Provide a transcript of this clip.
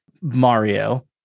Mario